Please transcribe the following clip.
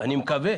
אני מקווה.